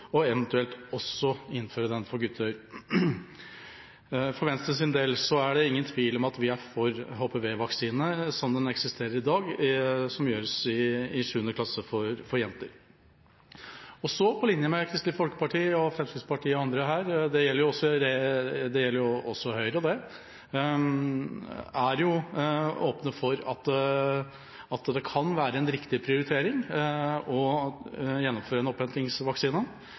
og eventuelt også innføre den for gutter. For Venstres del er det ingen tvil om at vi er for HPV-vaksine slik den eksisterer i dag, og som tilbys jenter i 7. klasse. På linje med Kristelig Folkeparti og Fremskrittspartiet og andre her, også Høyre, er vi åpne for at det kan være en riktig prioritering å tilby en innhentingsvaksine. Så vet vi at prisen for det